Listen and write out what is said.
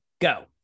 go